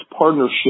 partnership